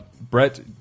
Brett